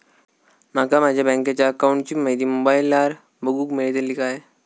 माका माझ्या बँकेच्या अकाऊंटची माहिती मोबाईलार बगुक मेळतली काय?